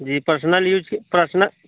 जी personal use के personal पर